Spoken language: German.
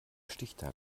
stichtag